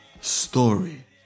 story